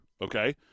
okay